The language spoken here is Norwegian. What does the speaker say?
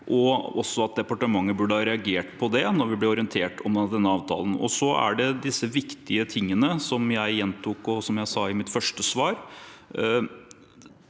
og at departementet burde ha reagert på det da vi ble orientert om denne avtalen. Så er det disse viktige tingene som jeg gjentok, og som jeg sa i mitt første svar,